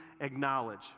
acknowledge